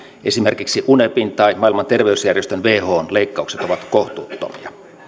esimerkiksi unepin tai maailman terveysjärjestön whon leikkaukset ovat kohtuuttomia